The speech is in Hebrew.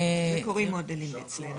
לזה קוראים מודלים אצלנו.